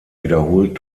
wiederholt